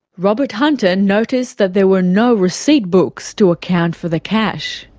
robert hunter noticed that there were no receipt books to account for the cash.